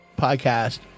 podcast